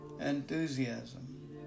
enthusiasm